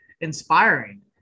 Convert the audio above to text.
inspiring